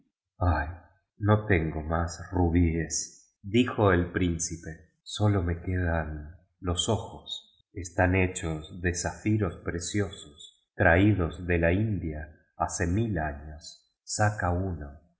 no tengo más rubíes dijo el príncipe sólo me quedan los ojos están hechos de záfiros preciosos traídos de la india hace mil años saca uno